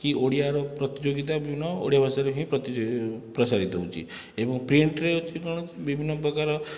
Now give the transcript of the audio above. କି ଓଡ଼ିଆର ପ୍ରତିଯୋଗିତା ବିଭିନ୍ନ ଓଡ଼ିଆ ଭାଷାରେ ହଁ ପ୍ରତିଯୋଗୀ ପ୍ରସାରିତ ହେଉଛି ଏବଂ ପ୍ରିଣ୍ଟରେ ଅଛି କଣ ବିଭିନ୍ନ ପ୍ରକାର